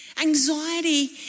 Anxiety